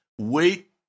wait